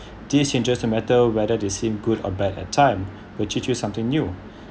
these in just a matter whether they seem good or bad at time will teach you something new